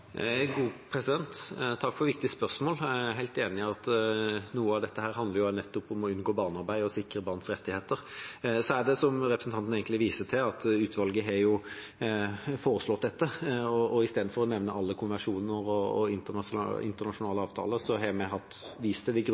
for et viktig spørsmål. Jeg er helt enig i at noe av dette handler om å unngå barnearbeid og å sikre barns rettigheter. Så har, som representanten egentlig viser til, utvalget foreslått dette. I stedet for å nevne alle konvensjonene og internasjonale avtaler har vi vist til det